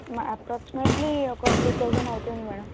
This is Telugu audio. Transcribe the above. అప్రాక్సీమేట్లీ ఒక టూ థౌజండ్ అవుతుంది మేడం